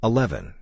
Eleven